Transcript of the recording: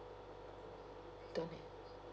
don't have